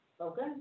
Okay